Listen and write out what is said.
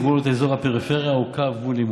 גבולות אזור הפריפריה או קו גבול עימות.